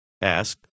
Ask